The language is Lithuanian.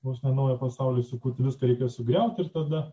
vos ne naują pasaulį sukurti viską reikia sugriauti ir tada